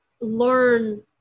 learn